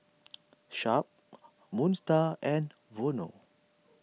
Sharp Moon Star and Vono